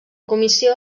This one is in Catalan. comissió